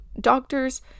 Doctors